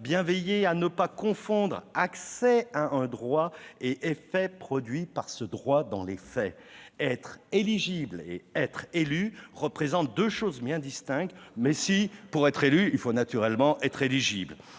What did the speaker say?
bien veiller à ne pas confondre accès à un droit et effet produit par ce droit dans les faits. Être éligible et être élu représentent deux choses bien distinctes, même si, naturellement, pour être élu, il faut être éligible.